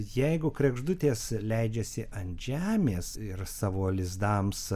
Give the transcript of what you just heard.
jeigu kregždutės leidžiasi ant žemės ir savo lizdams